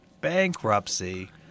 Bankruptcy